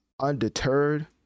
undeterred